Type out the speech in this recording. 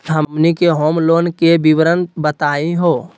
हमनी के home loan के विवरण बताही हो?